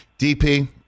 DP